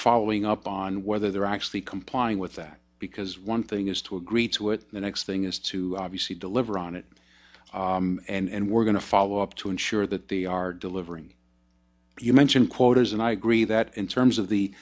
following up on whether they're actually complying with that because one thing is to agree to it the next thing is to obviously deliver on it and we're going to follow up to ensure that the are delivering you mentioned quotas and i agree that in terms of the